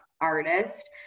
artist